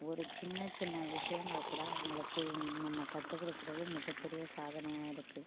ஒரு சின்ன சின்ன விஷயங்கள் கூட அவங்களுக்கு நம்ம கற்று கொடுக்குறது மிகப்பெரிய சாதனையாக இருக்குது